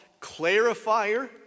clarifier